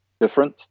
difference